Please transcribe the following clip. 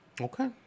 Okay